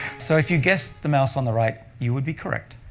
so if you guessed the mouse on the right, you would be correct.